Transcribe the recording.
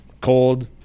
cold